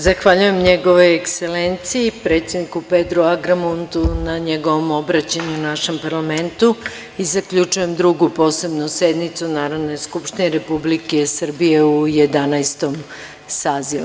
Zahvaljujem Njegovoj Ekselenciji, predsedniku Pedru Agramuntu na njegovom obraćanju našem parlamentu i zaključujem Drugu posebnu sednicu Narodne skupštine Republike Srbije u Jedanaestom sazivu.